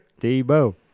Debo